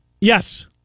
Yes